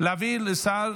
להעביר לשר